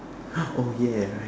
oh ya right